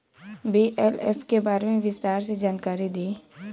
BLF के बारे में विस्तार से जानकारी दी?